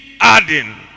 adding